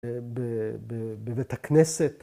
‫בבית הכנסת.